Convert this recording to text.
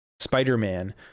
spider-man